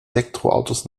elektroautos